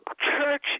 church